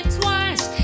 twice